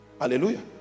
Hallelujah